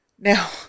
now